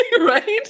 Right